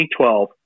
2012